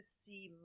see